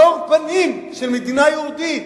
מאור פנים של מדינה יהודית.